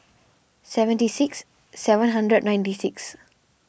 seventy six seven hundred and ninety six